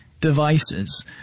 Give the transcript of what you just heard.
devices